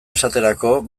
esaterako